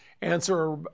answer